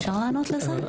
אפשר לענות לזה?